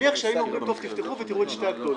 נניח שהיינו אומרים תפתחו ותראו את שתי הגדולות.